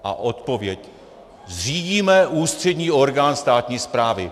A odpověď: Zřídíme ústřední orgán státní správy.